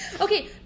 Okay